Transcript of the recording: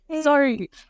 sorry